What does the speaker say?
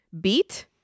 beat